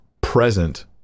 present